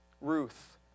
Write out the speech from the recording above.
Ruth